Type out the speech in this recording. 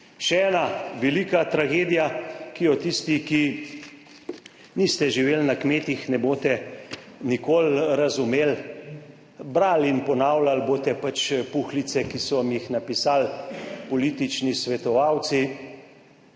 Še ena velika tragedija, ki jo tisti, ki niste živeli na kmetih, ne boste nikoli razumeli. Brali in ponavljali boste pač puhlice, ki so vam jih napisali politični svetovalci.